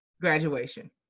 graduation